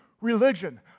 religion